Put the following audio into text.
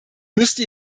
müsste